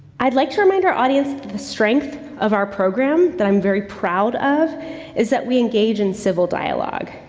i'd like to remind our audience the strength of our program that i'm very proud of is that we engage in civil dialogue,